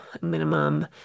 minimum